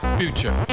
future